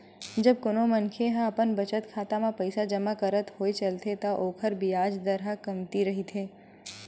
जब कोनो मनखे ह अपन बचत खाता म पइसा जमा करत होय चलथे त ओखर बियाज दर ह कमती रहिथे